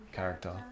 character